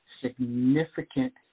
significant